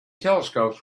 telescopes